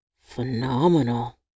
Phenomenal